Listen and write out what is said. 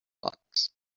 bucks